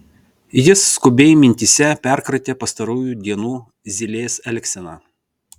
jis skubiai mintyse perkratė pastarųjų dienų zylės elgseną